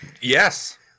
Yes